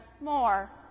more